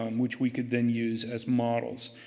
um which we could then use as models.